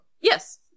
Yes